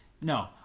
no